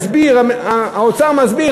האוצר מסביר,